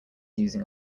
using